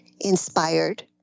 inspired